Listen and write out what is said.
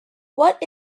what